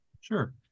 Sure